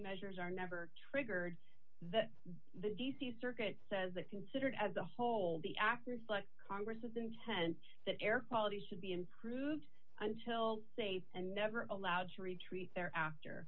measures are never triggered that the d c circuit says that considered as a whole the actors like congress of the intent that air quality should be improved until say and never allowed to retreat there after